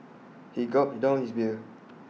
he gulped down his beer